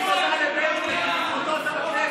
תגיד תודה לבן גביר, בזכותו אתה בכנסת.